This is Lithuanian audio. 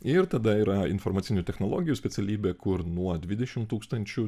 ir tada yra informacinių technologijų specialybė kur nuo dvidešimt tūkstančių